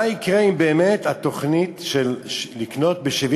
מה יקרה אם באמת התוכנית לקנות ב-70